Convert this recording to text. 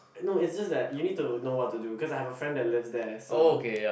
no it's just that you need to know what to do cause I have a friend that lives there so